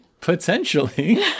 potentially